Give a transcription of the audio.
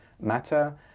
matter